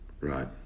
Right